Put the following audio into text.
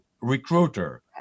recruiter